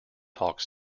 talks